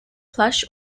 plush